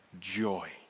joy